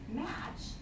match